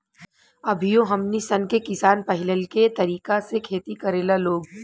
अभियो हमनी सन के किसान पाहिलके तरीका से खेती करेला लोग